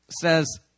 says